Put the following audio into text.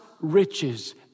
riches